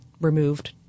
removed